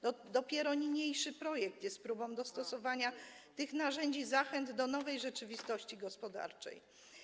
Dopiero niniejszy projekt jest próbą dostosowania tych narzędzi zachęt do nowej rzeczywistości gospodarczej.